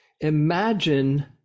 imagine